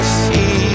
see